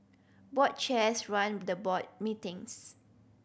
board chairs run the board meetings